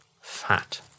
fat